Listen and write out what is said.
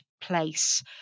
place